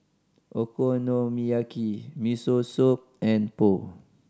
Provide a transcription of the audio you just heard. Okonomiyaki Miso Soup and Pho